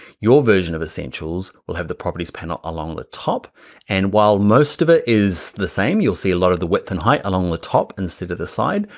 your version of the same tools, we'll have the properties panel along the top and while most of it is the same, you'll see a lot of the width and height along the top instead of the side.